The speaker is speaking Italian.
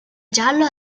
giallo